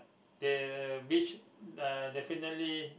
the beach uh definitely